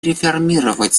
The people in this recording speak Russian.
реформировать